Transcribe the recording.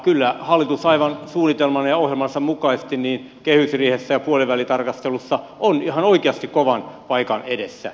kyllä hallitus aivan suunnitelman ja ohjelmansa mukaisesti kehysriihessä ja puolivälitarkastelussa on ihan oikeasti kovan paikan edessä